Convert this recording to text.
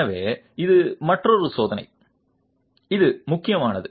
எனவே இது மற்றொரு சோதனை இது முக்கியமானது